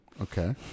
Okay